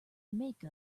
make